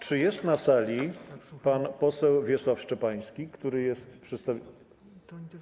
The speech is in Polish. Czy jest na sali pan poseł Wiesław Szczepański, który jest przedstawicielem.